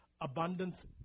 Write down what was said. abundance